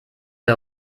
der